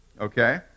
Okay